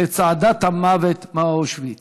לצעדת המוות מאושוויץ.